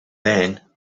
then